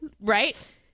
Right